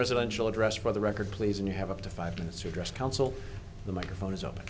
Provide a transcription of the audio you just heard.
residential address for the record please and you have up to five minutes to dress council the microphone is open